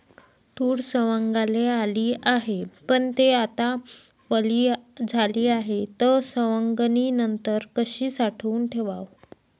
तूर सवंगाले आली हाये, पन थे आता वली झाली हाये, त सवंगनीनंतर कशी साठवून ठेवाव?